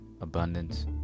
abundance